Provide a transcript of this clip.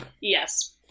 Yes